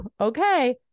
okay